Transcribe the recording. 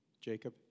Jacob